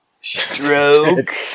Stroke